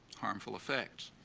harmful effects.